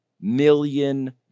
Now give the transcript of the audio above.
million